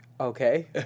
okay